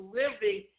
living